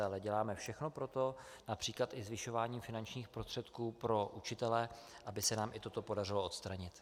Ale děláme všechno pro to, například i zvyšováním finančních prostředků pro učitele, aby se nám i toto podařilo odstranit.